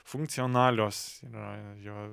funkcionalios yra jo